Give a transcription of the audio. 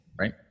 right